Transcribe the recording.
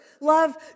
Love